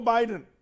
Biden